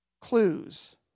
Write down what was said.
clues